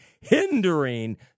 hindering